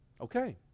Okay